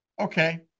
Okay